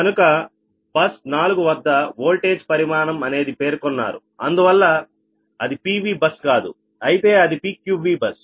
కనుక బస్ 4 వద్ద వోల్టేజ్ పరిమాణం అనేది పేర్కొన్నారు అందువల్ల అది PV బస్ కాదు అయితే అది PQVబస్